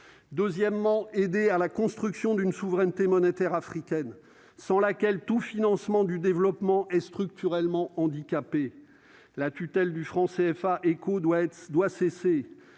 deuxièmement, aider à la construction d'une souveraineté monétaire africaine sans laquelle tout financement du développement est structurellement handicapée la tutelle du franc CFA et doit être,